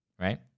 Right